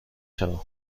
شوم